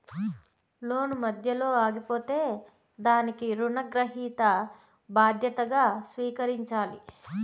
లోను మధ్యలో ఆగిపోతే దానికి రుణగ్రహీత బాధ్యతగా స్వీకరించాలి